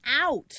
out